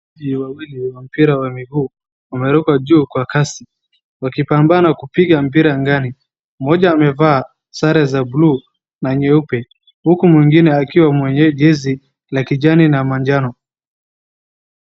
wachezaji wawili wa mpira wa miguu wameruka juu kwa kasi wakipambana kupiga mpira angani. Mmoja amevaa sare za bluu na nyeupe huku mwingine akiwa mwenye jezi la kijani na majano.